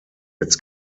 its